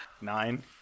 Nine